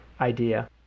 idea